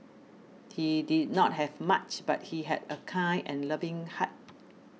he did not have much but he had a kind and loving heart